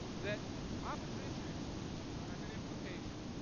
that opposition has an implication,